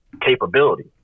capability